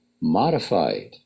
modified